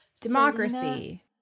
democracy